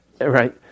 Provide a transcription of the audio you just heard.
right